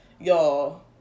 y'all